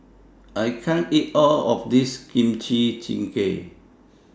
I can't eat All of This Kimchi Jjigae